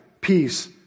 peace